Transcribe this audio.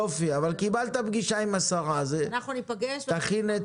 יופי, קיבלת פגישה עם השרה, תכין את